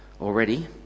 already